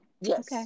Yes